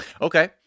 Okay